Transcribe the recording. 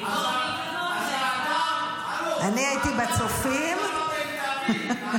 ההדר הבית"רי --- אני מההדר הבית"רי.